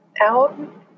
Out